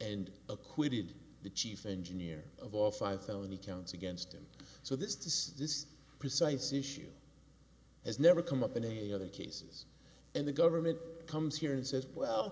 and acquitted the chief engineer of all five thousand the counts against him so this does this precise issue has never come up in a other cases and the government comes here and says well